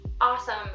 awesome